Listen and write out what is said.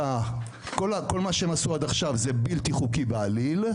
כל מה שהם עשו עד עכשיו זה בלתי חוקי בעליל.